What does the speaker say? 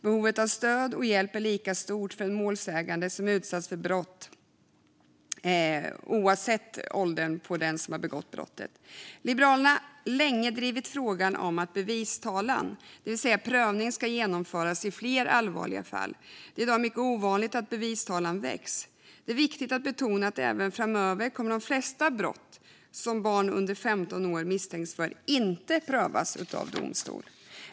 Behovet av stöd och hjälp är lika stort för en målsägande som utsatts för brott oavsett åldern på den som har begått brottet. Liberalerna har länge drivit frågan om att bevistalan, det vill säga prövning, ska genomföras i fler allvarliga fall. Det är i dag mycket ovanligt att bevistalan väcks. Det är viktigt att betona att även framöver kommer de flesta brott som barn under 15 år misstänks för inte att prövas av domstol.